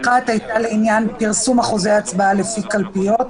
הסתייגות אחת הייתה לעניין פרסום אחוזי הצבעה לפי קלפיות.